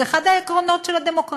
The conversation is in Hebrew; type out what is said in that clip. זה אחד העקרונות של הדמוקרטיה.